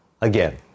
Again